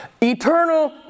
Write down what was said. Eternal